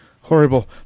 horrible